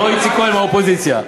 לא איציק כהן מהאופוזיציה.